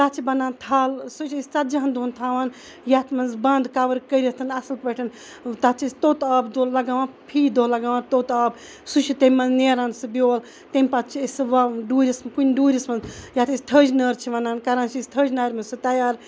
تتھ چھِ بَنان تھل سُہ چھ أسۍ زَتجِہَن دۄہَن تھاوان یتھ مَنٛز بند کَوَر کٔرِتھ اصل پٲٹھیٚن تتھ چھِ أسۍ توٚت آب لَگاوان پھی دۄہ لَگاوان توت آب سُہ چھُ تمہ مَنٛز نیران سُہ بیول تمہ پَتہٕ چھِ أسۍ سُہ وَو ڈوٗرِس کُنہِ ڈوٗرِس مَنٛز یتھ أسۍ تھٔج نٲر چھِ وَنان کَران چھِ أسۍ تھٔج نارِ مَنٛز تیار